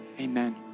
amen